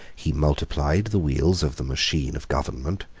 he multiplied the wheels of the machine of government,